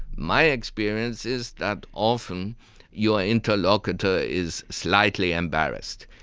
my experience is that often your interlocutor is slightly embarrassed.